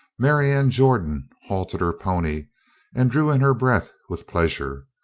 marianne jordan halted her pony and drew in her breath with pleasure.